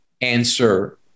answer